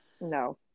no